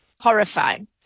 horrifying